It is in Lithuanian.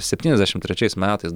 septyniasdešim trečiais metais